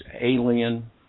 alien